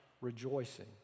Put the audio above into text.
rejoicing